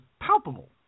palpable